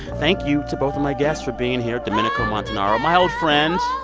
thank you to both of my guests for being here. domenico montanaro, my old friend.